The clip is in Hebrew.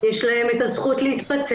יש להם את הזכות להתפתח,